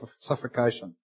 suffocation